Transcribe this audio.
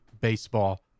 Baseball